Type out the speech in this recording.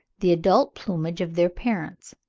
the adult plumage of their parents.